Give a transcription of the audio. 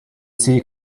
see